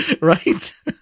Right